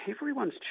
everyone's